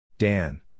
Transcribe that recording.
Dan